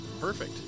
perfect